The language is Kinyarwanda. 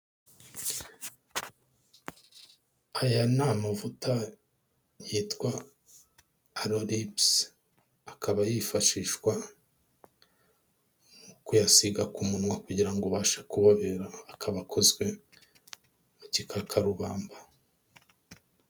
Aya ni amavuta yitwa Aloe Lips. Akaba yifashishwa mu kuyasiga ku munwa kugira ngo ubashe kubobera, akaba akozwe mu gikakarubamba.